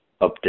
update